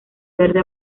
verde